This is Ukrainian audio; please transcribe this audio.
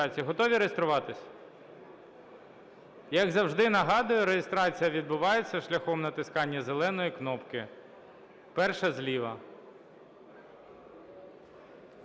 Готові реєструватись? Як завжди, нагадую, реєстрація відбувається шляхом натискання зеленої кнопки, перша зліва.